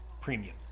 premium